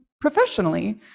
professionally